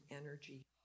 energy